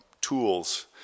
tools